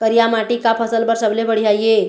करिया माटी का फसल बर सबले बढ़िया ये?